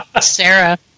Sarah